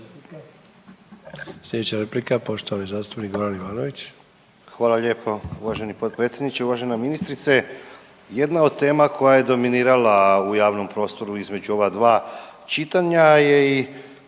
Hvala lijepo uvaženi potpredsjedniče. Uvažena ministrice jedna od tema koja je dominirala u javnom prostoru između ova dva čitanja je i